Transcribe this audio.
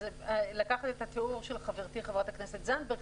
אז לקחת את התיאור של חברתי חברת הכנסת זנדברג,